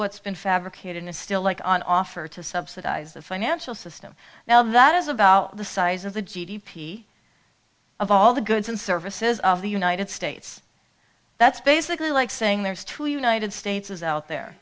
what's been fabricated is still like on offer to subsidize the financial system now that is about the size of the g d p of all the goods and services of the united states that's basically like saying there's two united states is out there